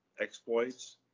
exploits